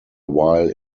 while